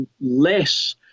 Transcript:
less